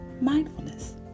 mindfulness